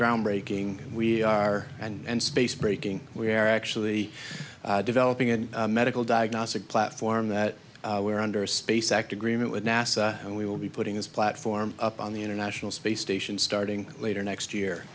groundbreaking we are and space breaking we are actually developing a medical diagnostic platform that we're under space act agreement with nasa and we will be putting this platform up on the international space station starting later next year